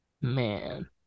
Man